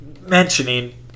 mentioning